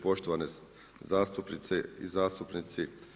Poštovane zastupnice i zastupnici.